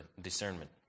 discernment